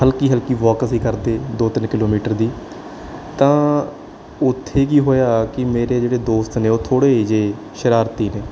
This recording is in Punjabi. ਹਲਕੀ ਹਲਕੀ ਵੋਕ ਅਸੀਂ ਕਰਦੇ ਦੋ ਤਿੰਨ ਕਿਲੋਮੀਟਰ ਦੀ ਤਾਂ ਉੱਥੇ ਕੀ ਹੋਇਆ ਕਿ ਮੇਰੇ ਜਿਹੜੇ ਦੋਸਤ ਨੇ ਉਹ ਥੋੜ੍ਹੇ ਜਿਹੇ ਸ਼ਰਾਰਤੀ ਨੇ